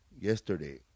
yesterday